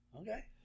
okay